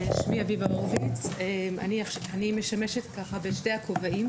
שמי אביבה הורביץ, אני משמשת בשני הכובעים.